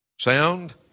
Sound